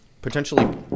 Potentially